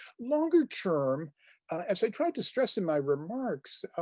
longer term as i tried to stress in my remarks,